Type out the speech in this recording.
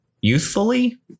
youthfully